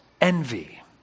envy